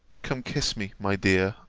come kiss me, my dear,